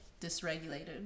dysregulated